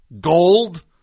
Gold